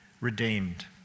redeemed